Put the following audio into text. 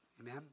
amen